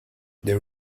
they